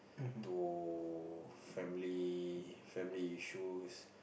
to family family issues